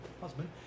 husband